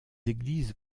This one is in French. églises